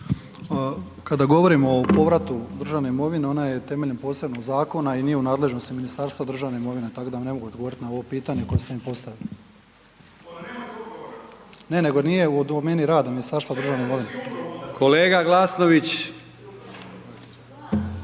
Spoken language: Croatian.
Kada govorimo o povratu državne imovine ona je temeljem posebnog zakona i nije u nadležnosti Ministarstva državne imovine tako da vam ne mogu odgovoriti na ovo pitanje koje ste mi postavili. .../Upadica se ne čuje./... Ne nego nije u domeni rada Ministarstva državne imovine. .../Upadica